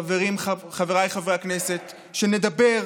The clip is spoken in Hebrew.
חירום מיוחד תהיה למשך שבעה